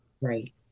right